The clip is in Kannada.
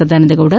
ಸದಾನಂದ ಗೌಡ